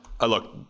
Look